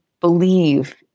believe